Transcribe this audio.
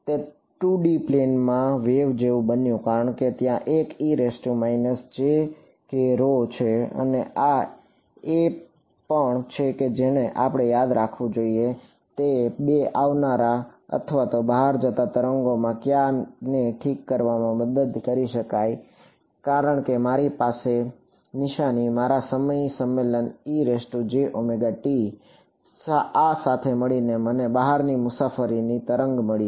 તે 2 Dમાં plane wave જેવું બન્યું કારણ કે ત્યાં એક છે અને આ એ પણ છે કે જેણે આપણને યાદ રાખવું જોઈએ તે 2 આવનારા અથવા બહાર જતા તરંગોમાંથી કયાને ઠીક કરવામાં મદદ કરી કારણ કે મારી નિશાની મારા સમય સંમેલન આ સાથે મળીને મને બહારની મુસાફરીની તરંગ મળી